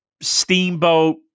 Steamboat